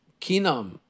kinam